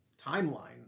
timeline